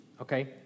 Okay